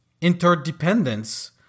interdependence